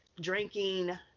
drinking